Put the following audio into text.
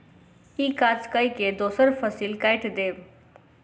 ई काज कय के दोसर फसिल कैट देब